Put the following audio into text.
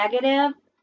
negative